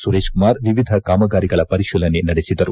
ಸುರೇಶ್ ಕುಮಾರ್ ವಿವಿಧ ಕಾಮಗಾರಿಗಳ ಪರಿಶೀಲನೆ ನಡೆಸಿದರು